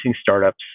startups